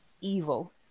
evil